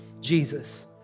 Jesus